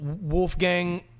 Wolfgang